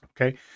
Okay